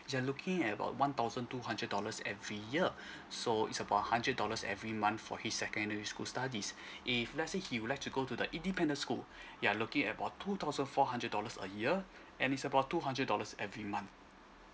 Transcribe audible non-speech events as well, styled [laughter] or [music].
you're looking at about one thousand two hundred dollars every year [breath] so is hundred dollars every month for his secondary school studies [breath] if let's say he would like to go to the independent school [breath] you're looking at about two thousand four hundred dollars a year and is about two hundred dollars every month